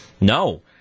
no